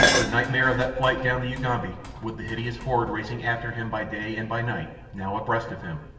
the nightmare of that flight down the ugambi with the hideous horde racing after him by day and by night, now abreast of him,